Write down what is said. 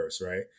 Right